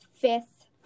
fifth